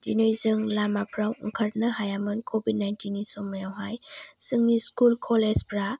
दिनै जों लामाफ्राव ओंखारनो हायामोन कभिड नाइनटिइननि समावहाय जोंनि स्कुल कलेजफ्रा